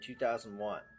2001